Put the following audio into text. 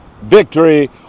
Victory